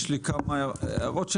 יש לי כמה הערות,